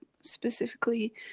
specifically